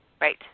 Right